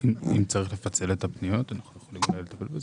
אם צריך לפצל את הפניות אנחנו יכולים לטפל בזה.